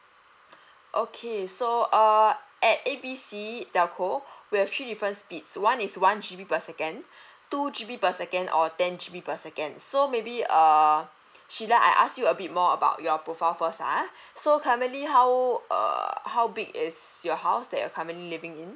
okay so uh at A B C telco we have three different speeds one is one G_B per second two G_B per second or ten G_B per second so maybe uh sheila I ask you a bit more about your profile first ah so currently how err how big is your house that you're currently living in